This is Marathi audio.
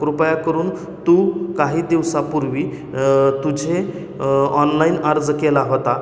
कृपया करून तू काही दिवसांपूर्वी तुझे ऑनलाइन अर्ज केला होता